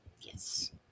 Yes